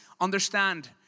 understand